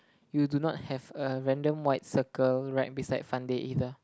you do not have a random white cycle right beside Fun Day either